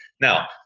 Now